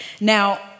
Now